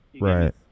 Right